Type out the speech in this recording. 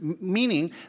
Meaning